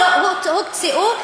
הוקצו.